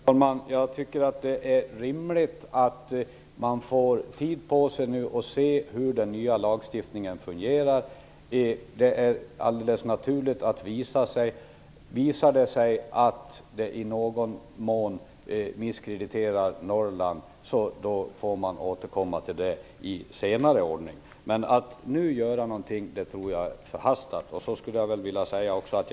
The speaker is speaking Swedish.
Fru talman! Jag tycker att det är rimligt att ta tid på sig för att se hur den nya lagstiftningen fungerar. Visar det sig att lagen i någon mån missgynnar Norrland får man återkomma till den frågan vid senare tillfälle. Jag tror att det skulle vara förhastat att göra något nu.